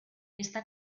está